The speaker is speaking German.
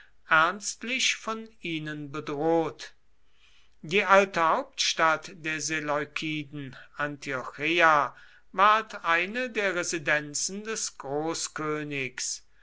ernstlich von ihnen bedroht die alte hauptstadt der seleukiden antiocheia ward eine der residenzen des